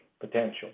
potential